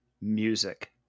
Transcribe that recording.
music